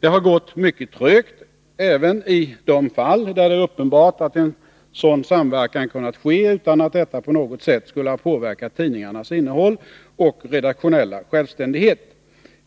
Det har gått mycket trögt, även i de fall där det är uppenbart att en sådan samverkan kunnat ske utan att detta på något sätt skulle ha påverkat tidningarnas innehåll och redaktionella självständighet.